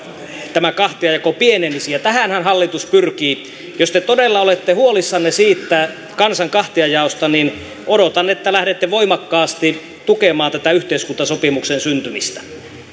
tämä kahtiajako pienenisi ja tähänhän hallitus pyrkii jos te todella olette huolissanne siitä kansan kahtiajaosta niin odotan että lähdette voimakkaasti tukemaan tätä yhteiskuntasopimuksen syntymistä